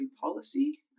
policy